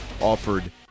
offered